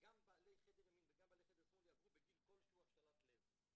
בעלי חדר ימין וגם בעלי חדר שמאל יעברו בגיל כלשהו השתלת לב.